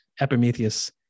Epimetheus